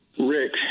Rick